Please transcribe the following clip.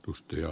rusty ja